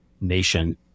nation